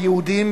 היהודים,